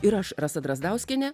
ir aš rasa drazdauskienė